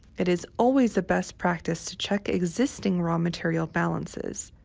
it is always the best practice to check existing raw material balances.